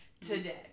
today